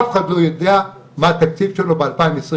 אף אחד לא יודע מה התקציב שלו ב-2022.